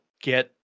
get